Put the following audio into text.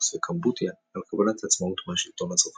לאוס וקמבודיה – על קבלת עצמאות מהשלטון הצרפתי.